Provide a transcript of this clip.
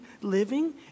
living